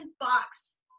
box